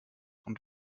und